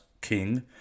king